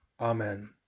Amen